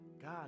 God